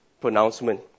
pronouncement